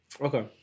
Okay